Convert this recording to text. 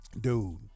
Dude